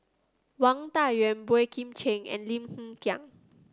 Wang Dayuan Boey Kim Cheng and Lim Hng Kiang